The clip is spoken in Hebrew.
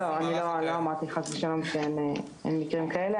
לא אמרתי חס ושלום שאין מקרים כאלה,